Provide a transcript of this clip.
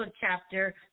chapter